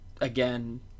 again